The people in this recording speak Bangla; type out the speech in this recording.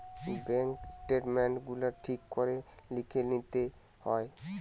বেঙ্ক স্টেটমেন্ট গুলা ঠিক করে লিখে লিতে হয়